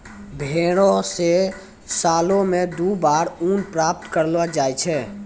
भेड़ो से सालो मे दु बार ऊन प्राप्त करलो जाय छै